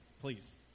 Please